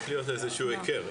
צריך להיות לזה איזה שהוא היכר,